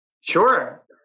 Sure